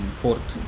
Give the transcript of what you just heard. fourth